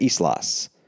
Islas